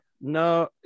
No